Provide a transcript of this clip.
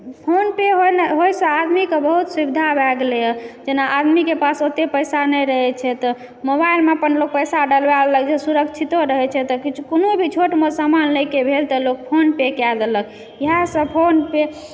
PhonePe होइ सँ आदमीके बहुत सुविधा भए गेलैए जेना आदमीके पास ओते पैसा नहि रहै छै तऽ मोबाइलमे अपन लोग पैसा डलवा लेलक जे सुरक्षितो रहै छै तऽ किछु कोनो भी छोट मोट सामान लैके भेल तऽ लोग फोनपे कए देलक इएह सब फोनपे